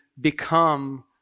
become